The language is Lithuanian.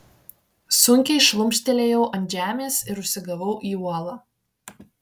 sunkiai šlumštelėjau ant žemės ir užsigavau į uolą